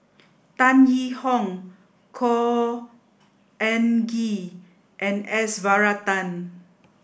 Tan Yee Hong Khor Ean Ghee and S Varathan